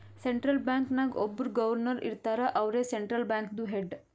central bank ನಾಗ್ ಒಬ್ಬುರ್ governor ಇರ್ತಾರ ಅವ್ರೇ ಸೆಂಟ್ರಲ್ ಬ್ಯಾಂಕ್ದು ಹೆಡ್